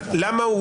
לפי הנתונים שאנחנו